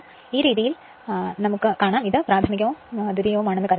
ഈ രീതിയിൽ ഞാൻ പ്രാഥമികവും ദ്വിതീയവുമാണെന്ന് കരുതുന്നു